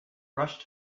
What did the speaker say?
rushed